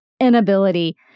inability